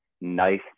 nice